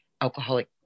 alcoholic